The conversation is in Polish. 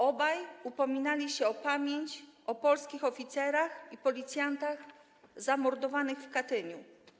Obaj upominali się o pamięć o polskich oficerach i policjantach zamordowanych w Katyniu.